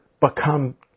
become